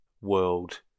world